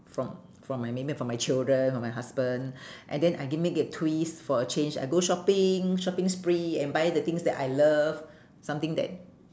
from from my maybe from my children from my husband and then I give maybe a twist for a change I go shopping shopping spree and buy the things that I love something that